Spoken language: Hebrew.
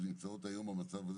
שנמצאות היום במצב הזה,